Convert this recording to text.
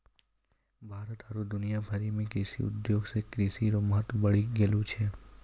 भारत आरु दुनिया भरि मे कृषि उद्योग से कृषि रो महत्व बढ़ी गेलो छै